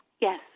Yes